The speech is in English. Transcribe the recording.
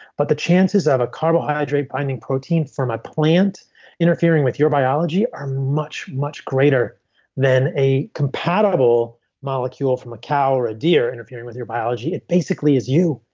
but the chances of a carbohydrate binding protein for my plant interfering with your biology are much, much greater than a compatible molecule from a cow or a deer interfering with your biology. it basically is you.